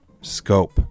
scope